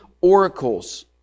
oracles